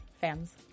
fans